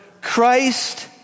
Christ